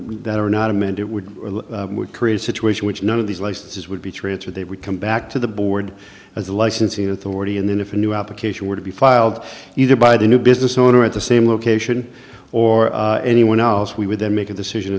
that are not amend it would create a situation which none of these licenses would be transferred they would come back to the board as a licensing authority and then if a new application were to be filed either by the new business owner at the same location or anyone else we would then make a decision